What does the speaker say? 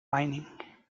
mining